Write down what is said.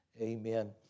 Amen